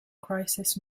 crisis